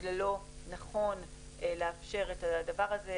שבגללו נכון לאפשר את הדבר הזה,